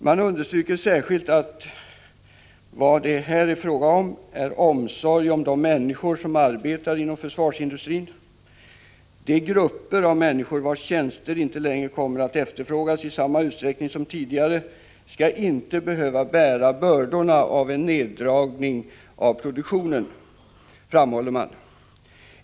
Man understryker särskilt att det här är fråga om omsorg om de människor som arbetar inom försvarsindustrin. De grupper av människor, vilkas tjänster inte längre kommer att efterfrågas i samma utsträckning som tidigare, skall inte behöva bära bördorna av en neddragning av produktionen, framhåller man.